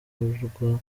gukorwa